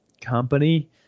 company